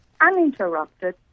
uninterrupted